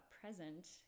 present